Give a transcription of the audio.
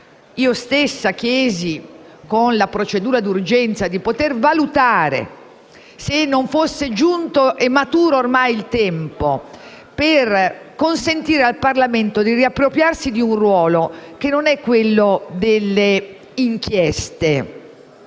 io a chiedere, con la procedura d'urgenza, di poter valutare se fosse giunto e fosse ormai maturo il tempo per consentire al Parlamento di riappropriarsi di un ruolo che non è quello delle inchieste